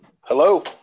hello